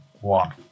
one